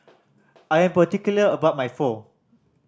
I am particular about my Pho